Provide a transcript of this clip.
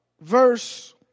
verse